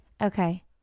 Okay